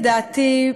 לדעתי,